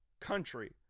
country